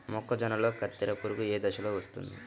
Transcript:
మొక్కజొన్నలో కత్తెర పురుగు ఏ దశలో వస్తుంది?